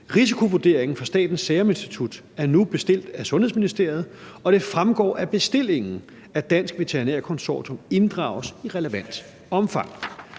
Risikovurderingen fra Statens Serum Institut er nu bestilt af Sundhedsministeriet, og det fremgår af bestillingen, at Dansk Veterinær Konsortium inddrages i relevant omfang.